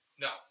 No